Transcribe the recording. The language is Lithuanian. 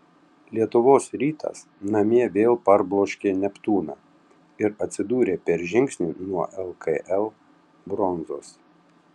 lietuvos rytas namie vėl parbloškė neptūną ir atsidūrė per žingsnį nuo lkl bronzos